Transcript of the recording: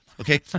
Okay